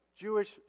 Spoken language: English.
Jewish